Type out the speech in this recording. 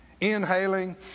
Inhaling